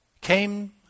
Came